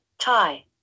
tie